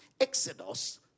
exodus